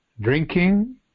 drinking